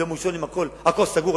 ביום ראשון הכול סגור,